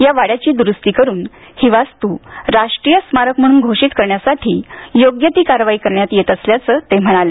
या वाड्याची दुरुस्ती करून ही वास्तू राष्टीय स्मारक म्हणून घोषित करण्यासाठी योग्य ती कारवाई करण्यात येत असल्याचं ते म्हणाले